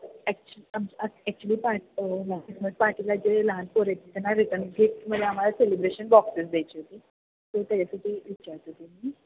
ॲक्चु um actually party पार्टीला जे लहान पोरं येतील त्यांना रिटर्न गिफ्टमध्ये आम्हाला सेलिब्रेशन बॉक्सेस द्यायचे होते सो त्याच्यासाठी विचारत होते मी